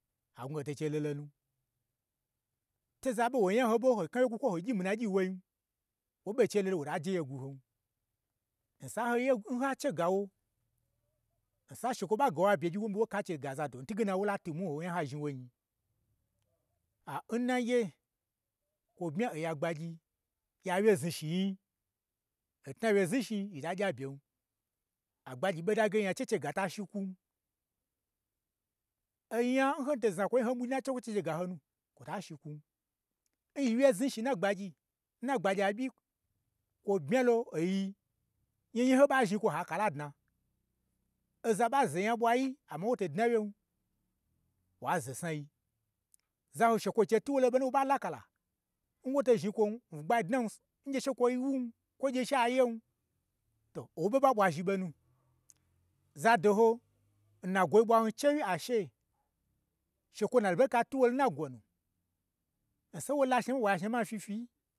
Ha gna wo hoto n che lolonu, to oza ɓe wo nya ho ɓo ho ka wo kwu, kwo ho gyi mii na gyi n woin, wo ɓo n chei lolo wota je yegwu hon. N sai n hoye gwun ha che ga wo, n san shekwo ɓa gawo abye gyi, woɓe wo ga che ga zado, n twuge na wo la twumwui n ho, o nyan ha zhni wo nyi, aa, n naye, kwo bmya oya gbayi, ya wye zhi shi yi nyi, ntna wje znishii yi ta gya byen. Agbagyi n ɓodai ge nya chechega tashi kwun, onya n hota zha kwo nyi n honyinba chekwo cheche ga honu kwota shi kwun, n yi wye zni shi nna gbagyi, nna gbagya ɓyi, kwo bmyalo oyii nya ho nyaho yi nh hoɓa zhni kwo ha kala dna, oza ɓazo nya ɓwayi amma nwo to dnawyen, wozo snayi, zaho shekwon chei twu wo loɓo nunwo ɓa lakala n woto zhni kwon bwu gbai dna, ngye shekwo wun, kwo gye sha yen, to to woɓo ɓaɓwazhi ɓonu, za doho, n na gwoi ɓwan chowyi ashe, shekwo n na berika twu wo lo nna gwonu, nsan wola shnama, wa gya shnama n fyi fyi yi